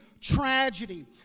tragedy